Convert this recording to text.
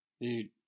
Dude